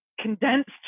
condensed